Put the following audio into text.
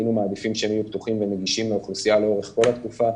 היינו מעדיפים שהם יהיו פתוחים ונגישים לאוכלוסייה לאורך כל התקופה,